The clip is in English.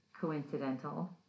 coincidental